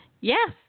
Yes